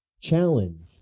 challenge